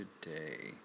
today